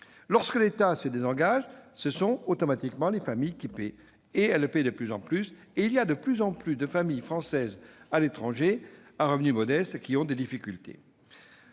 Lorsque l'État se désengage, ce sont donc automatiquement les familles qui paient. Or elles paient de plus en plus, et de plus en plus de familles françaises à l'étranger à revenus modestes ont des difficultés.